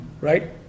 right